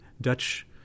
Dutch